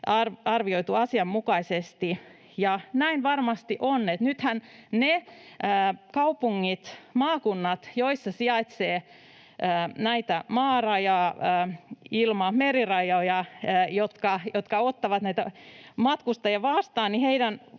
arvioitu asianmukaisesti, ja näin varmasti on. Nythän niiden kaupunkien, maakuntien vastuulle, joissa sijaitsee näitä maa‑, ilma‑, merirajoja ja jotka ottavat näitä matkustajia vastaan,